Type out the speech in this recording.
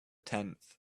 tenth